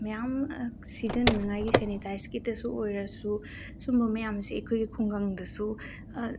ꯃꯌꯥꯝ ꯁꯤꯖꯤꯟꯅꯉꯥꯏꯒꯤ ꯁꯦꯅꯤꯇꯥꯏꯁꯀꯤꯇꯁꯨ ꯑꯣꯏꯔꯁꯨ ꯁꯨꯝꯕ ꯃꯌꯥꯝꯁꯦ ꯑꯩꯈꯣꯏꯒꯤ ꯈꯨꯡꯒꯪꯗꯁꯨ